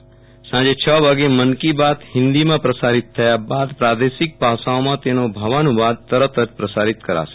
આજે સાંજે છ વાગે મન કી બાત હિન્દીમાં પ્રસારીત થયા બાદ પ્રાદેશિક ભાષાઓમાં તેનો ભાવાનુ વાદ તરત પ્રસારીત કરાશે